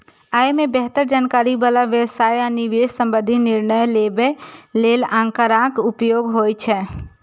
अय मे बेहतर जानकारी बला व्यवसाय आ निवेश संबंधी निर्णय लेबय लेल आंकड़ाक उपयोग होइ छै